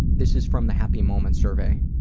this is from the happy moments survey